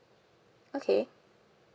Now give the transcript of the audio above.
okay